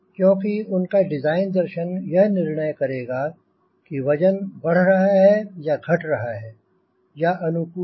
क्योंकि उनका डिज़ाइन दर्शन यह निर्णय करेगा कि वजन बढ़ रहा है या घट रहा है या अनुकूल है